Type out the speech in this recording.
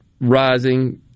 rising